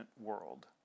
world